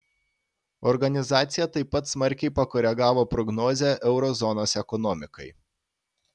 organizacija taip pat smarkiai pakoregavo prognozę euro zonos ekonomikai